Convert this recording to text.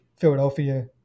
Philadelphia